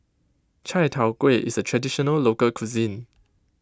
Chai Tow Kuay is a Traditional Local Cuisine